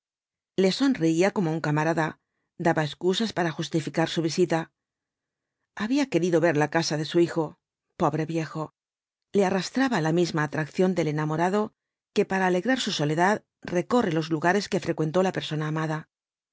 le sonreía como á un camarada daba excusas para justificar su visita había querido ver la casa de su hijo pobre viejol le arrastraba la misma atracción del enamorado que para alegrar su soledad recorre los lugares que frecuentó la persona amada